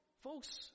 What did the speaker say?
folks